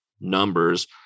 numbers